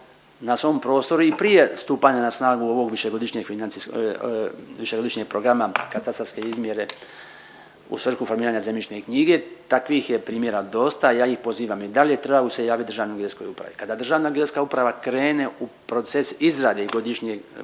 na svom prostoru i prije stupanja na snagu ovog višegodišnjeg financ… višegodišnjeg programa katastarske izmjere u svrhu formiranja zemljišne knjige. Takvih je primjera dosta. Ja ih pozivam i dalje, trebaju se javit Državnoj geodetskoj upravi. Kada Državna geodetska uprava krene u proces izrade godišnjeg